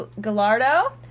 Gallardo